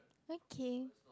okay